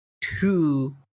Two